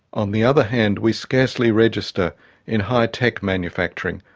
on the other hand, we scarcely register in high tech manufacturing,